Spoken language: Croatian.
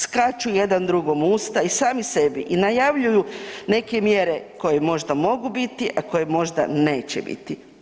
Skaču jedan drugom u usta i sami sebi i najavljuju neke mjere koje možda mogu biti, a koje možda neće biti.